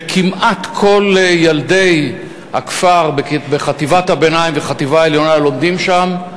שכמעט כל ילדי הכפר בחטיבת הביניים ובחטיבה העליונה לומדים בו,